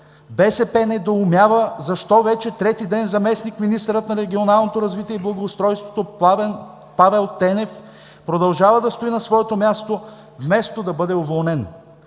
БСП недоумява защо вече трети ден заместник-министърът на регионалното развитие и благоустройството Павел Тенев продължава да стои на своето място, вместо да бъде уволнен.